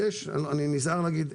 אני נזהר להגיד,